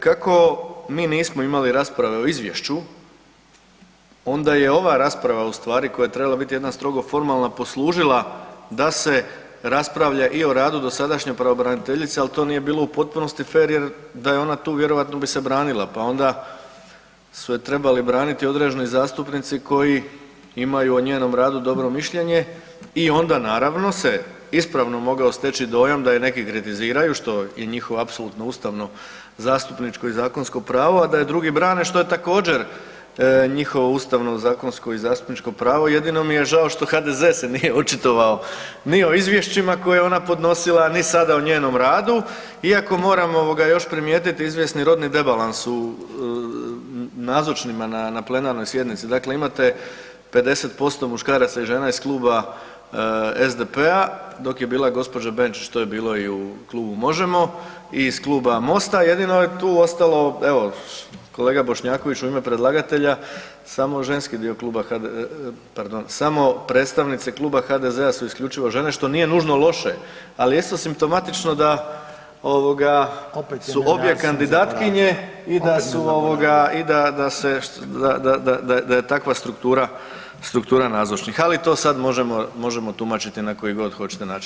Kako mi nismo imali rasprave o izvješću, onda je ova rasprava ustvari koja je trebala biti jedna strogo formalna, poslužila da se raspravlja i o radu dosadašnje pravobraniteljice ali to nije bilo u potpunosti fer je r da je ona tu, vjerovatno bi se branila pa onda su je trebali braniti određeni zastupnici koji imaju o njenom radu dobro mišljenje i onda naravno se ispravno mogao steći dojam da je neki kritiziraju, što je njihovo apsolutno ustavno, zastupničko i zakonsko pravo a da je drugi brane a što je također njihovo ustavno, zakonsko i zastupničko pravo, jedino mi je žao HDZ se nije očitovao ni o izvješćima koje je podnosila, ni sada o njenom radu iako moram još primijetiti, izvjesni rodni debalans u nazočnima na plenarnoj sjednici, dakle imate 50% muškaraca i žena iz kluba SDP-a, dok je bila gđa. Benčić, to je bilo i u klubu Možemo i iz kluba Mosta, jedino je tu ostalo evo, kolega Bošnjaković u ime predlagatelja, samo ženski dio kluba, pardon, samo predstavnice kluba HDZ-a su isključivo žene, što nije nužno loše, ali isto je simptomatično da …… [[Upadica Reiner, ne razumije se.]] opet su kandidatkinje i da se, …… [[Upadica Reiner, ne razumije se.]] i da je takva struktura nazočnih, ali to sad možemo tumačiti na koji god hoćete način.